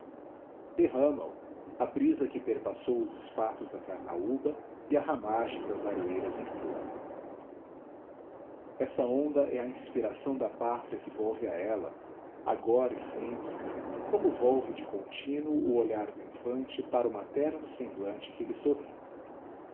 derrama o a brisa que perpassou os espatos da carnaúba e a ramagem das aroeiras em flor essa onda é a inspiração da pátria que volve a ela agora e sempre como volve de contínuo o olhar do infante para o materno semblante que lhe sorri